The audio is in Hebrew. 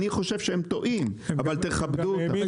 אני חושב שהם טועים אבל תכבדו אותם.